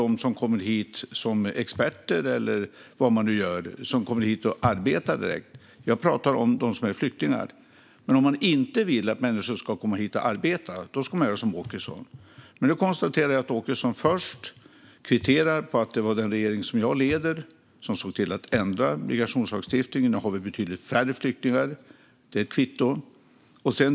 Men om man inte vill att människor ska komma hit och arbeta, då ska man göra som Åkesson och även vägra dem som kommer hit som experter eller vad man nu gör. Nu konstaterar jag att Åkesson kvitterar på att det var den regering som jag leder som såg till att ändra migrationslagstiftningen så att vi nu har betydligt färre flyktingar. Det är ett kvitto.